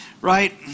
right